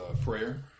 prayer